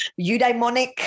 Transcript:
eudaimonic